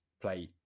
play